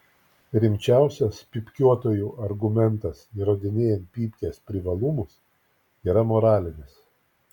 rimčiausias pypkiuotojų argumentas įrodinėjant pypkės privalumus yra moralinis